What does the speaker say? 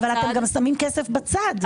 אבל אתם גם שמים כסף בצד.